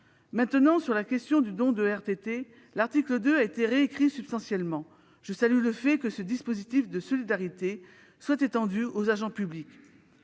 concerne la question du don de RTT, l'article 2 a été réécrit substantiellement. Je salue le fait que ce dispositif de solidarité soit étendu aux agents publics.